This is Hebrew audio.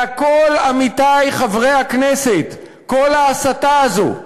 והכול, עמיתי חברי הכנסת, כל ההסתה הזאת,